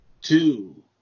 two